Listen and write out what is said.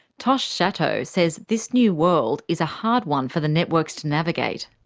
tosh szatow says this new world is a hard one for the networks to navigate.